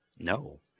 No